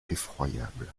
effroyable